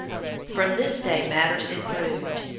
from this day matters improved.